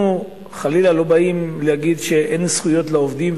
אנחנו, חלילה, לא באים להגיד שאין זכויות לעובדים,